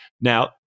Now